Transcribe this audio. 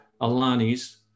Alani's